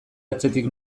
atzetik